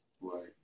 Right